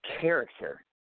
character